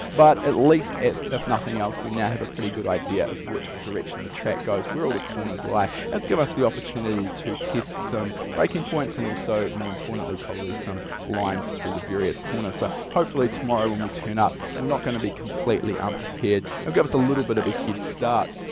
but at least, if nothing else, we now have a pretty good idea of which direction the track goes, where all the corners lie, it's given us the opportunity to test some braking points and also more importantly probably some lines through the various corners so hopefully tomorrow when we turn up, we're not going to be completely unprepared, it'll give us a little bit of a head start.